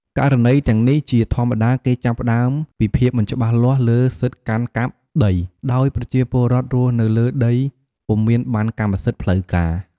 ករណីទាំងនេះជាធម្មតាគេចាប់ផ្ដើមពីភាពមិនច្បាស់លាស់លើសិទ្ធិកាន់កាប់ដី ដោយប្រជាពលរដ្ឋរស់នៅលើដីពុំមានបណ្ណកម្មសិទ្ធិផ្លូវការ។